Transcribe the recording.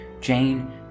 Jane